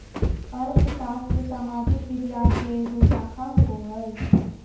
अर्थशास्त्र सामाजिक विज्ञान के एगो शाखा होबो हइ